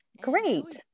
Great